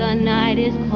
ah night is